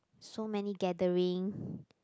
so many gathering